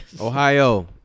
Ohio